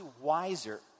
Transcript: wiser